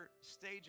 stage